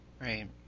Right